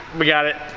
we got it,